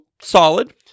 solid